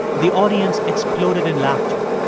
the audience exploded in laughter.